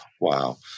Wow